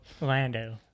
Lando